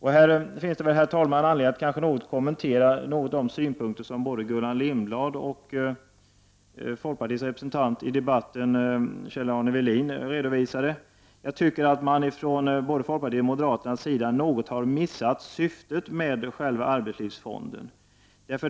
Här finns det, herr talman, anledning att något kommentera de synpunkter som både Gullan Lindblad och folkpartiets representant i debatten, Kjell-Arne Welin, redovisade. Jag tycker att både folkpartiet och moderaterna något har missat syftet med själva arbetslivsfonden.